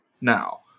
Now